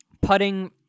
Putting